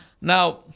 Now